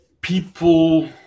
people